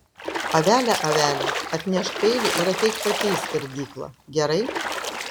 avele avele atnešk peilį ir ateik pati į skerdyklą gerai